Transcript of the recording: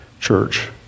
church